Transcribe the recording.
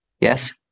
Yes